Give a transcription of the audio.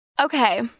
okay